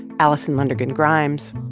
alison lundergan grimes.